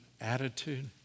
attitude